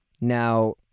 Now